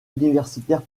universitaire